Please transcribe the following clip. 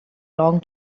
long